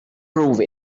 prove